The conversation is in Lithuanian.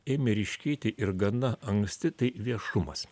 ėmė ryškėti ir gana anksti tai viešumas